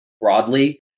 broadly